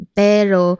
pero